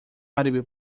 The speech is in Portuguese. árabe